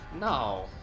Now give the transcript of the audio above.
No